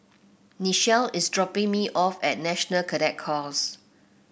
Nichelle is dropping me off at National Cadet Corps